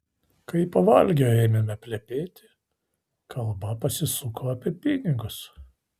kai pavalgę ėmėme plepėti kalba pasisuko apie pinigus